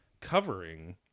covering